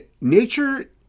nature